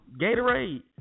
Gatorade